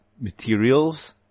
Materials